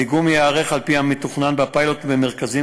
הדיגום ייערך על-פי המתוכנן בפיילוט במרכזים